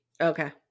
Okay